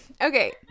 Okay